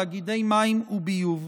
תאגידי מים וביוב.